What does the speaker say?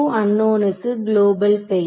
அன்நோன்க்கு global பெயர்